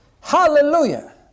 Hallelujah